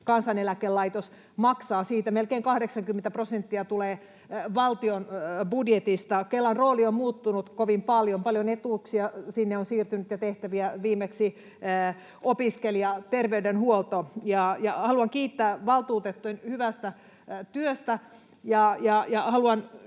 Kansaneläkelaitos maksaa. Siitä melkein 80 prosenttia tulee valtion budjetista. Kelan rooli on muuttunut kovin paljon: paljon etuuksia ja tehtäviä on siirtynyt sinne, viimeksi opiskelijaterveydenhuolto. Haluan kiittää valtuutettuja hyvästä työstä, ja haluan